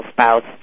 spouse